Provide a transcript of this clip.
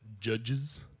judges